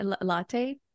latte